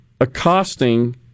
accosting